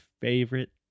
favorite